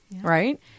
right